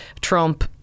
Trump